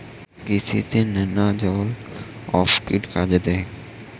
কৃষি তে নেমাজল এফ কি কাজে দেয়?